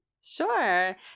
sure